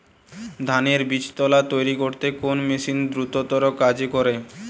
ধানের বীজতলা তৈরি করতে কোন মেশিন দ্রুততর কাজ করে?